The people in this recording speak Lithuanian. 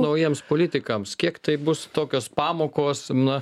naujiems politikams kiek tai bus tokios pamokos na